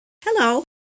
Hello